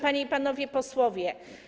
Panie i Panowie Posłowie!